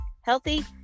healthy